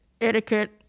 etiquette